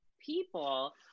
people